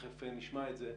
תכף נשמע את זה,